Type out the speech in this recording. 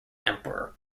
emperor